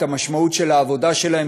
את המשמעות של העבודה שלהם.